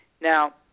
Now